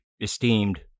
esteemed